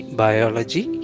biology